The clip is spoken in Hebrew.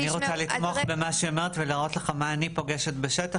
אני רוצה לתמוך במה שהיא אומרת ולהראות לך מה אני פוגשת בשטח,